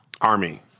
Army